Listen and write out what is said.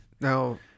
now